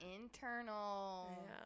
internal